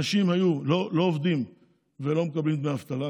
אנשים לא היו עובדים ולא מקבלים דמי אבטלה,